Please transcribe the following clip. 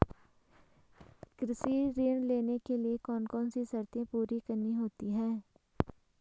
कृषि ऋण लेने के लिए कौन कौन सी शर्तें पूरी करनी होती हैं?